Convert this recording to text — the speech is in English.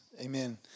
Amen